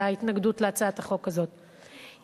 ההתנגדות להצעת החוק הזאת,